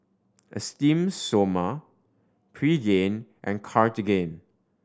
Esteem Stoma Pregain and Cartigain